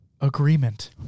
agreement